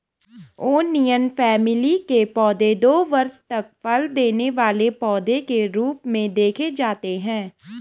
onion family के पौधे दो वर्ष तक फल देने वाले पौधे के रूप में देखे जाते हैं